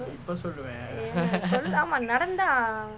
ya சொல் ஆமாம் நடந்தா:sol aamaam nadanthaa